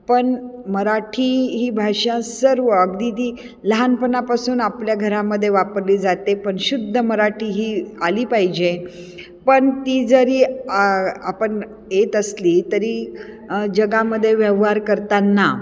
पण मराठी ही भाषा सर्व अगदी लहानपणापासून आपल्या घरामध्ये वापरली जाते पण शुद्ध मराठी ही आली पाहिजे पण ती जरी आ आपण येत असली तरी जगामध्ये व्यवहार करताना